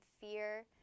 fear